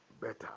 better